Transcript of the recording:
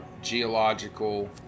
geological